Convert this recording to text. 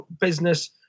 business